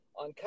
on